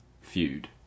feud